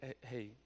hey